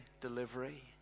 delivery